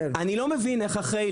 אני לא מבין איך אחרי,